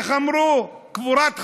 איך אמרו, קבורת חמור.